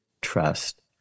trust